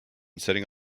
sitting